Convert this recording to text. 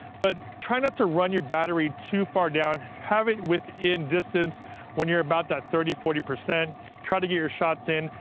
but try not to run your battery too far down. have it within distance when you're about that thirty, forty. try to get your shots in.